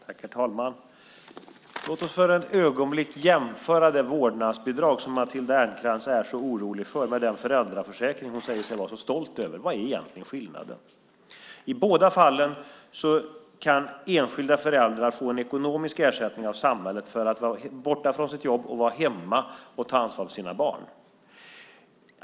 Herr talman! Låt oss för ett ögonblick jämföra det vårdnadsbidrag som Matilda Ernkrans är så orolig för med den föräldraförsäkring hon säger sig vara så stolt över. Vad är egentligen skillnaden? I båda fallen kan enskilda föräldrar få en ekonomisk ersättning av samhället för att vara borta från sina jobb och vara hemma och ta ansvar för sina barn.